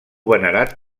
venerat